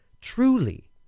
Truly